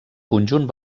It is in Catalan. conjunt